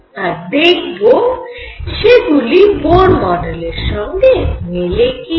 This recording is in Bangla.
আর দেখব সেগুলি বোর মডেলের সঙ্গে মেলে কি না